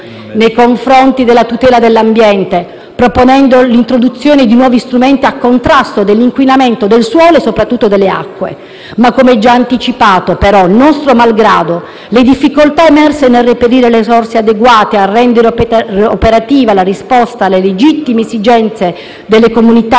nei confronti della tutela dell'ambiente proponendo l'introduzione di nuovi strumenti a contrasto dell'inquinamento del suolo e, soprattutto, delle acque. Ma come già anticipato, però, nostro malgrado, le difficoltà emerse nel reperire le risorse adeguate a rendere operativa la risposta alle legittime esigenze delle comunità